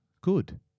Good